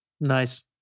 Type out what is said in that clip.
Nice